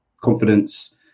Confidence